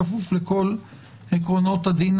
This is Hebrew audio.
בכפוף לכל עקרונות הדין